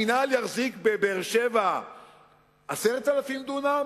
המינהל יחזיק בבאר-שבע 10,000 דונם